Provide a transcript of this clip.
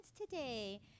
today